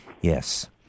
Yes